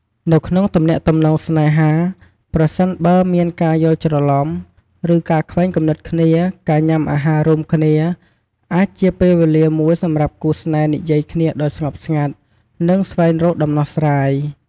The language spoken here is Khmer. នៅក្នុងទំនាក់ទំនងស្នេហា ប្រសិនបើមានការយល់ច្រឡំ ឬការខ្វែងគំនិតគ្នា ការញ៉ាំអាហាររួមគ្នាអាចជា ពេលវេលាមួយសម្រាប់គូស្នេហ៍និយាយគ្នាដោយស្ងប់ស្ងាត់ និងស្វែងរកដំណោះស្រាយ។